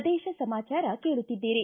ಪ್ರದೇಶ ಸಮಾಚಾರ ಕೇಳುತ್ತಿದ್ದೀರಿ